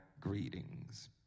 greetings